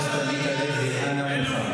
זאת הייתה דורית בייניש.